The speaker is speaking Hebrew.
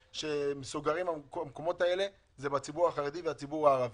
שאלה המקומות של הציבור החרדי והציבור הערבי.